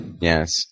Yes